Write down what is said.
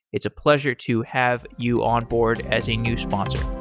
it's a pleasure to have you onboard as a new sponsor